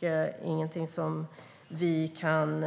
Det är ingenting som vi kan